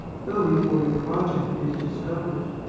go before your project is discovered.